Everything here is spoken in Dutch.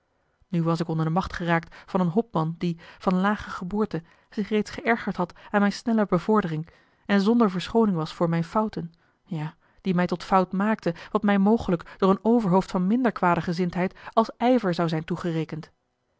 nu was ik onder de macht geraakt van een hopman die van lage osboom oussaint geboorte zich reeds geërgerd had aan mijne snelle bevordering en zonder verschooning was voor mijne fouten ja die mij tot fout maakte wat mij mogelijk door een overhoofd van minder kwade gezindheid als ijver zou zijn toegerekend